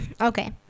Okay